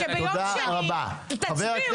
-- שביום שני תצביעו?